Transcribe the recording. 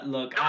Look